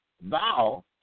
Thou